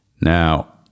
Now